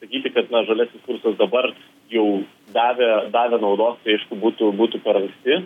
sakyti kad žaliasis kursas dabar jau davė davė naudos tai aišku būtų būtų per anksti